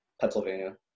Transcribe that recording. Pennsylvania